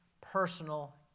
personal